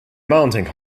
mounting